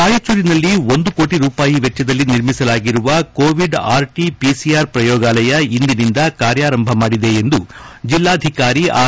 ರಾಯಚೂರಿನಲ್ಲಿ ಒಂದು ಕೋಟ ರೂಪಾಯಿ ವೆಚ್ಚದಲ್ಲಿ ನಿರ್ಮಿಸಲಾಗಿರುವ ಕೋವಿಡ್ ಆರ್ಟಿ ಪಿಸಿಆರ್ ಪ್ರಯೋಗಾಲಯ ಇಂದಿನಿಂದ ಕಾರ್ಯಾರಂಭ ಮಾಡಿದೆ ಎಂದು ಜಿಲ್ಲಾಧಿಕಾರಿ ಆರ್